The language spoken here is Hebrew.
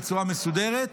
בצורה מסודרת,